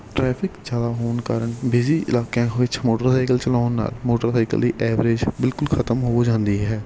traffic ਜ਼ਿਆਦਾ ਹੋਣ ਕਾਰਨ ਬਿਜੀ ਇਲਾਕਿਆਂ ਵਿੱਚ ਮੋਟਰ ਸਾਈਕਲ ਚਲਾਉਣ ਨਾਲ ਮੋਟਰਸਾਈਕਲ ਦੀ ਐਵਰੇਜ ਬਿਲਕੁਲ ਖ਼ਤਮ ਹੋ ਜਾਂਦੀ ਹੈ